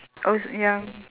oh